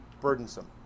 burdensome